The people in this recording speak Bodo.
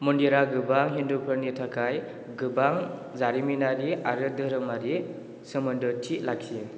मन्दिरा गोबां हिन्दुफोरनि थाखाय गोबां जारिमिनारि आरो धोरोमारि सोमोन्दोथि लाखियो